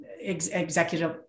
executive